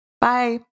Bye